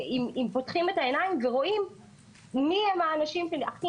אם פותחים את העיניים ורואים מיהם האנשים שהכי